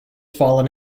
fallen